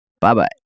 Bye-bye